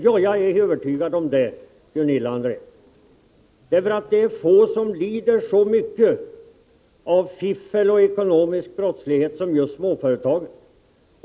Ja, jag är övertygad om den saken. Det är få som lider så mycket av fiffel och ekonomisk brottslighet som just småföretagen.